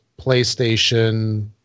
PlayStation